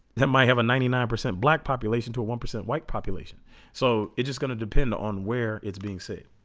that might have a ninety nine percent black population to a one percent white population so it's just going to depend on where it's being saved